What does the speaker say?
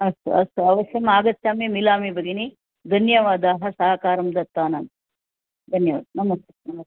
अस्तु अस्तु अवश्यम् आगच्छामि मिलामि भगिनि धन्यवादाः सहकारं दत्तं धन्यवादः नमस्ते नमस्ते